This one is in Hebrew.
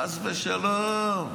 חס ושלום.